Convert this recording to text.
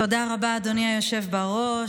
תודה רבה, אדוני היושב בראש.